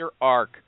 arc